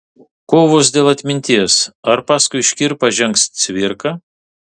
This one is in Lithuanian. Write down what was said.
kovos dėl atminties ar paskui škirpą žengs cvirka